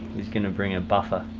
he's going to bring a buffer.